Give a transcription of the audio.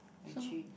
we three